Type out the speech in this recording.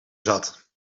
zat